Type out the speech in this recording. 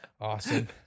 awesome